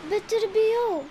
bet ir bijau